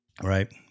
Right